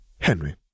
Henry